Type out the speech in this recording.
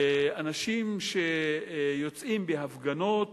אנשים שיוצאים בהפגנות